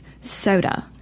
soda